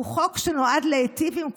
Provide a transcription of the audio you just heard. הוא חוק שנועד להיטיב עם כולנו.